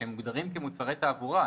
שמוגדרים כמוצרי תעבורה,